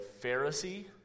Pharisee